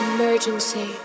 Emergency